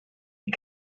die